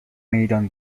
میدان